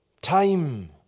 time